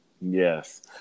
Yes